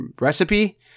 recipe